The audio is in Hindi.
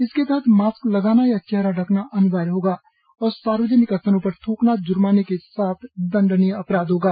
इसके तहत मास्क लगाना या चेहरा ढ़कना अनिवार्य होगा और सार्वजनिक स्थलों पर थ्रकना ज़र्माने के साथ दण्डनीय अपराध होगा